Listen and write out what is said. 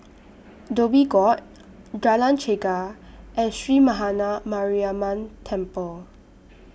Dhoby Ghaut Jalan Chegar and Sree Maha Mariamman Temple